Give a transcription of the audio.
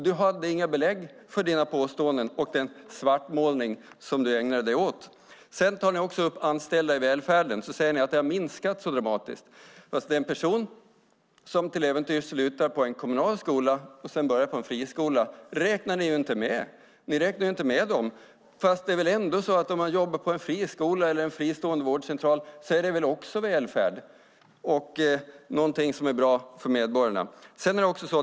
Du hade inga belägg för dina påståenden och den svartmålning som du ägnade dig åt. Sedan tar du upp anställda i välfärden och säger att antalet har minskat dramatiskt. En person som till äventyrs slutar på en kommunal skola och börjar på en friskola räknar ni inte med. Om man jobbar på en friskola eller en fristående vårdcentral är det väl också ett välfärdsjobb och någonting som är bra för medborgarna.